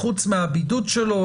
לחוץ מהבידוד שלו,